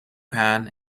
pan